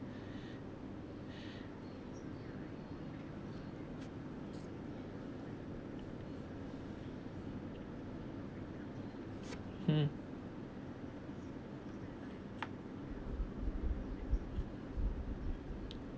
hmm